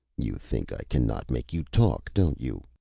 you think i cannot make you talk, don't you?